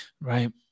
Right